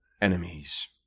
enemies